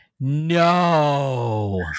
No